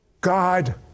God